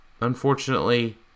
unfortunately